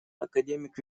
академик